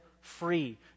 free